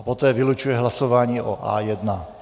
A poté vylučuje hlasování o A1.